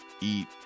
eat